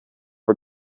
for